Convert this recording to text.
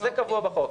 כך קבוע בחוק.